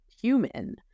human